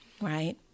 right